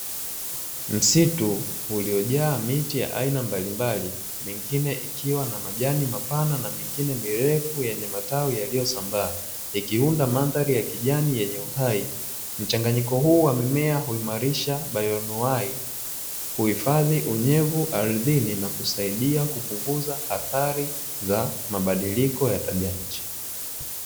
Msitu uliojaa miti ya aina mbalimbali, mingine ikiwa na majani mapana na mingine mirefu yenye matawi yaliyosambaa, ikiunda mandhari ya kijani yenye uhai. Mchanganyiko huu wa mimea huimarisha maeneo hayo, huhifadhi unyevu ardhini na kusaidia kupunguza athari za mabadiliko ya tabia ya nchi.